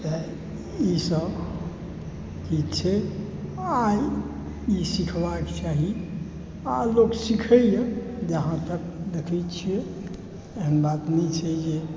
तऽ ई सब चीज छै आ ई सिखबाक चाही आ लोक सिखैए जहाँ तक देखै छिए एहन बात नहि छै जे